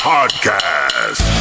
Podcast